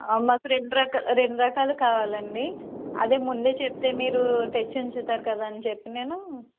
మాకు రెండు రకా రెండు రకాలు కావాలండి అదే ముందే చెప్తే మీరు తెచ్చి ఉంచుతారు కదా అని చెప్పి నేను